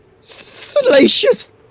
salacious